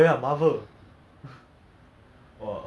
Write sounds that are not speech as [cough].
[laughs] what superhero you like ah